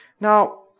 Now